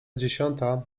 dziesiąta